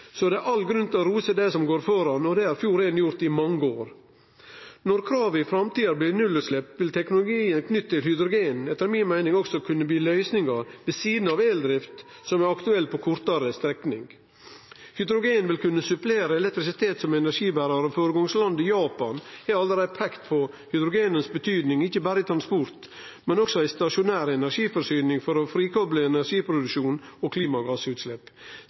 Så det er all grunn til å rose dei som går føre, og det har Fjord1 gjort i mange år. Når kravet i framtida blir nullutslepp, vil teknologien knytt til hydrogen etter mi meining òg kunne bli løysinga, ved sida av eldrift, som er aktuelt på kortare strekningar. Hydrogen vil kunne supplere elektrisitet som energiberar, og føregangslandet Japan har allereie peikt på hydrogenets betyding – ikkje berre i transport, men òg i stasjonær energiforsyning, for å frikople energiproduksjon og klimagassutslepp.